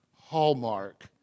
Hallmark